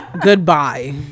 goodbye